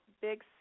big